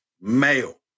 male